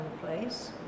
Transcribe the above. place